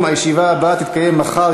בעד, 16, אין מתנגדים.